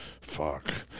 fuck